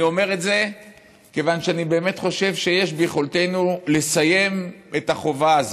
אני אומר את זה כיוון שאני באמת חושב שיש ביכולתנו לסיים את החובה הזו,